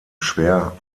schwer